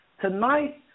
Tonight